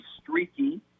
streaky